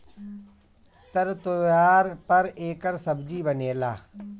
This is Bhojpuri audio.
तर त्योव्हार पर एकर सब्जी बनेला